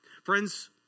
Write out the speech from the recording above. Friends